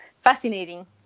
fascinating